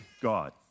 God